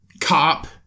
cop